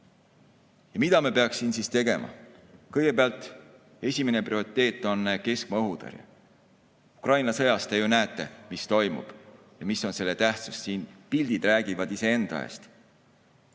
Mida me peaksime tegema? Kõigepealt, esimene prioriteet on keskmaa õhutõrje. Ukraina sõjas te ju näete, mis toimub ja mis on selle tähtsus, pildid räägivad iseenda eest.